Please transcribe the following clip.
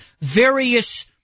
Various